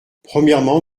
premièrement